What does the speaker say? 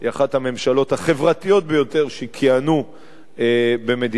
החברתיות ביותר שכיהנו במדינת ישראל,